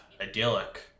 idyllic